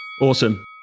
Awesome